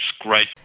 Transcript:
great